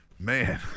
Man